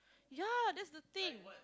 ya that's the thing